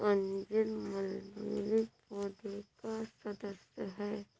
अंजीर मलबेरी पौधे का सदस्य है